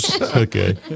Okay